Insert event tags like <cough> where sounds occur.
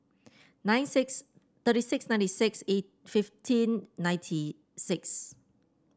nine six thirty six ninety six <unintelligible> fifteen ninety six